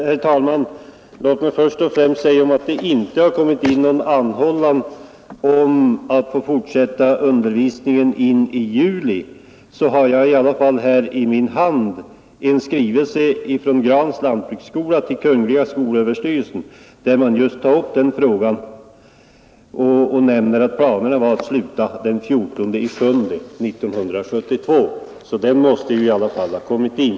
Herr talman! Eftersom utbildningsministern sade att det inte kommit in någon anhållan om att få fortsätta undervisningen in i juli, vill jag nämna att jag i min hand har en skrivelse från Grans lantbruksskola till kungl. skolöverstyrelsen, där man tar upp just den frågan. I brevet står att planerna var att sluta den 14 juli 1972. Den skrivelsen måste i alla fall ha kommit in.